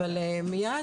אבל מיד